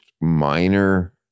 minor